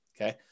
okay